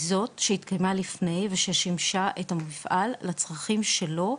זו שהתקיימה לפני וששימשה את המפעל לצרכים שלו,